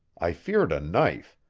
i feared a knife,